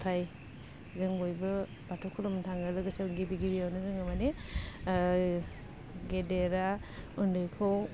गथाइ जों बयबो बाथौ खुलुमनो थाङो लोगोसे गिबि गिबियावनो जोङो मानि गेदेरा उन्दैखौ